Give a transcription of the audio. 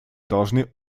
должны